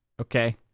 okay